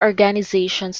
organizations